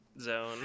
zone